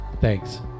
Thanks